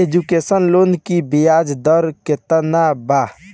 Education loan की ब्याज दर केतना बा?